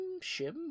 Shim